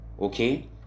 Okay